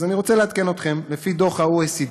אז אני רוצה לעדכן אתכם: לפי דוח ה-OECD,